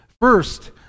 first